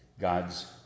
God's